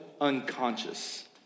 unconscious